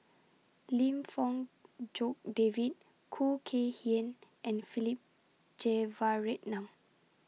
Lim Fong Jock David Khoo Kay Hian and Philip Jeyaretnam